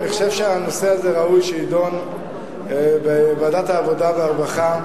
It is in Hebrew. אני חושב שהנושא הזה ראוי שיידון בוועדת העבודה והרווחה.